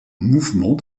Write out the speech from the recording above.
mouvement